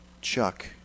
Chuck